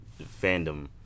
fandom